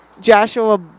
Joshua